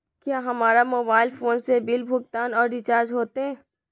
क्या हमारा mobile phone से बिल भुगतान और रिचार्ज होते?